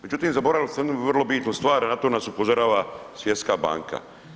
Međutim, zaboravili ste jednu vrlo bitnu stvar, na to nas upozorava Svjetska banka.